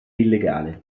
illegale